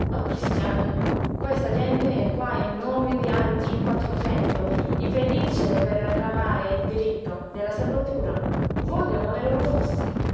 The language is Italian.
o cristiani questa gente è qua in nome di altri quattrocento infelici per reclamare il diritto della sepoltura vogliono le loro fosse